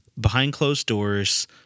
behind-closed-doors –